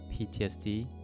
PTSD